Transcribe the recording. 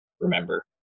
remember